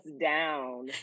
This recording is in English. down